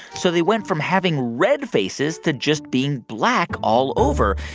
so they went from having red faces to just being black all over.